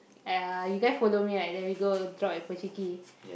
uh you guy follow me right then we go drop at Pochinki